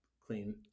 clean